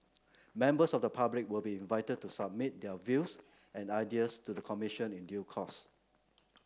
members of the public will be invited to submit their views and ideas to the Commission in due course